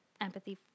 empathy